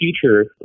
future